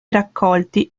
raccolti